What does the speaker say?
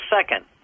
second